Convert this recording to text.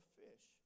fish